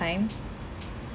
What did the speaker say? time